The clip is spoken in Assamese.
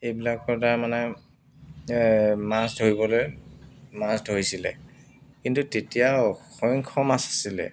এইবিলাকৰ দ্বাৰা মানে মাছ ধৰিবলৈ মাছ ধৰিছিলে কিন্তু তেতিয়া অসংখ্য মাছ আছিলে